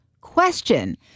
question